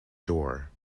door